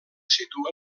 situa